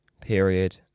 period